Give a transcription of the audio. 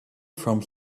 from